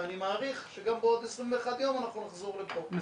ואני מעריך שגם בעוד 21 יום אנחנו נחזור לפה.